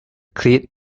cleat